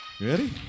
Ready